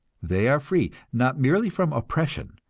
they are free, not merely from oppression,